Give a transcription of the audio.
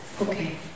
Okay